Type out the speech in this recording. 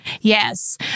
Yes